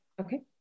Okay